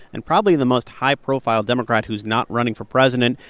and probably the most high-profile democrat who's not running for president,